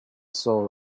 soul